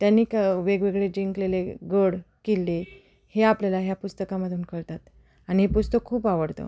त्यांनी क वेगवेगळे जिंकलेले गड किल्ले हे आपल्याला ह्या पुस्तकामधून कळतात आणि हे पुस्तक खूप आवडतं